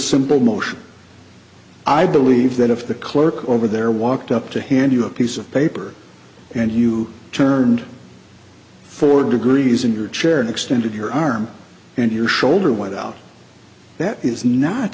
simple motion i believe that if the clerk over there walked up to hand you a piece of paper and you turned four degrees in your chair and extended your arm and your shoulder went out that is not